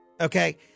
okay